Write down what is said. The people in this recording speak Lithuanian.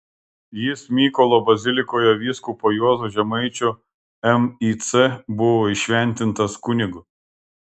jis mykolo bazilikoje vyskupo juozo žemaičio mic buvo įšventintas kunigu